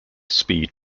speed